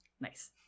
Nice